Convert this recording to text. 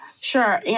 Sure